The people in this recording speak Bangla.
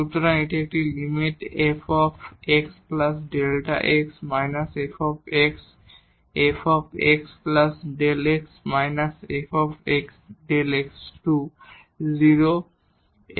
সুতরাং এটি এখানে Lim f x Δ x −f f x Δx −f Δx → 0 Δ x